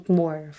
more